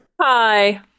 Hi